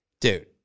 Dude